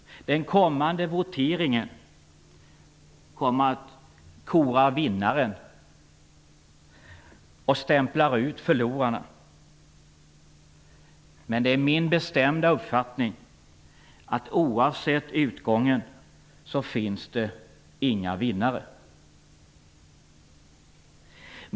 Den kommande voteringen kommer att kora vinnaren och stämpla ut förlorarna. Men det är min bestämda uppfattning att det oavsett utgången inte finns några vinnare.